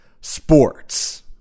sports